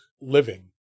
living